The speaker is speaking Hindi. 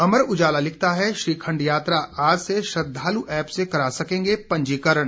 अमर उजाला लिखता है श्रीखंड यात्रा आज से श्रद्वालु ऐप्प से करा सकेंगे पंजीकरण